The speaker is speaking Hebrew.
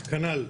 כנ"ל.